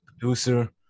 producer